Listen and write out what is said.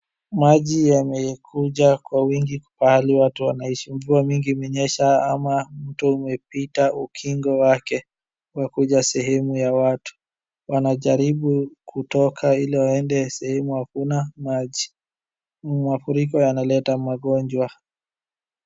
Maji yamekuja kwa wingi pahali watu wanaishi. Mvua mingi imesha ama mto umepita ukingo wake, umekuja sehemu ya watu. Wanajaribu kutoka ili waende sehemu hakuna maji. Mafuriko yanaleta magonjwa.